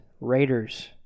Raiders